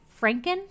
franken